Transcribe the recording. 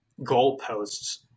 goalposts